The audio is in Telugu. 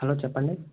హలో చెప్పండి